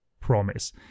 Promise